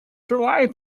july